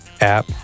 app